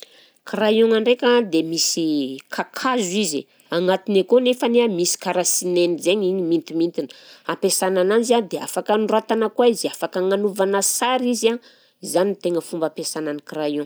Crayon-gna ndraika dia misy kakazo izy, agnatiny akao nefany a misy karaha sinainy zay igny mintimintiny, ampiasana ananzy a dia afaka anoratana koa izy, afaka agnanovana sary izy a, izany no tegna fomba ampiasana ny crayon.